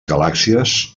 galàxies